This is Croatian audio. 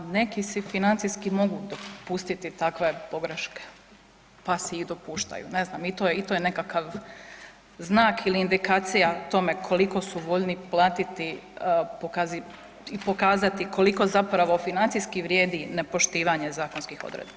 Pa neki si financijski mogu dopustiti takve pogreške, pa si ih dopuštaju, ne znam i to je nekakav znak ili indikacija tome koliko su voljni platiti i pokazati koliko zapravo financijski vrijedi nepoštivanje zakonskih odredaba.